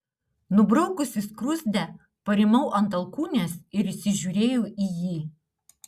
nubraukusi skruzdę parimau ant alkūnės ir įsižiūrėjau į jį